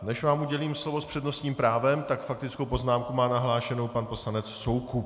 Než vám udělím slovo s přednostním právem, tak faktickou poznámku má nahlášenu pan poslanec Soukup.